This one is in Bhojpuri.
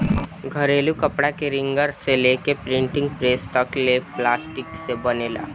घरेलू कपड़ा के रिंगर से लेके प्रिंटिंग प्रेस तक ले प्लास्टिक से बनेला